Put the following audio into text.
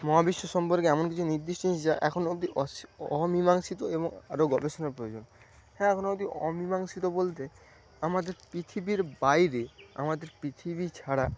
মহাবিশ্ব সম্পর্কে এমন কিছু নির্দিষ্ট যা এখনো অব্দি অমিমাংসিত এবং আরো গবেষণার প্রয়োজন হ্যাঁ এখনো অব্দি অমিমাংসিত বলতে আমাদের পৃথিবীর বাইরে আমাদের পৃথিবী ছাড়া